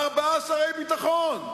ארבעה שרי ביטחון: